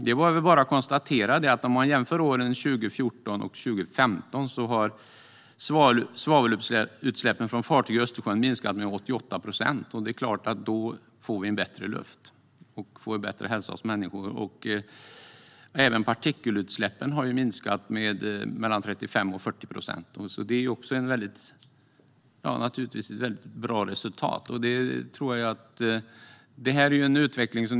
Det är bara att konstatera att om man jämför åren 2014 och 2015 har svavelutsläppen från fartyg i Östersjön minskat med 88 procent, och då är det klart att vi får bättre luft och bättre hälsa hos människor. Även partikelutsläppen har minskat med mellan 35 och 40 procent, och det är också ett bra resultat. Det här är utveckling.